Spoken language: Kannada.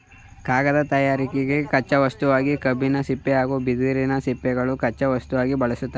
ಕಾಗದ ತಯಾರಿಕೆಗೆ ಕಚ್ಚೆ ವಸ್ತುವಾಗಿ ಕಬ್ಬಿನ ಸಿಪ್ಪೆ ಹಾಗೂ ಬಿದಿರಿನ ಸಿಪ್ಪೆಗಳನ್ನು ಕಚ್ಚಾ ವಸ್ತುವಾಗಿ ಬಳ್ಸತ್ತರೆ